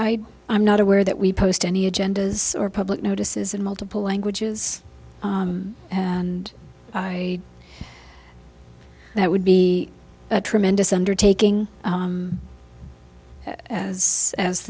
i i'm not aware that we post any agendas or public notices in multiple languages and i that would be a tremendous undertaking as as